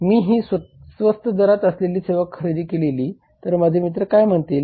मी ही स्वस्त दरात असलेली सेवा खरेदी केली तर माझे मित्र काय म्हणतील